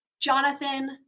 Jonathan